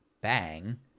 bang